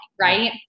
Right